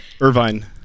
Irvine